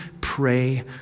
pray